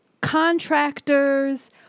contractors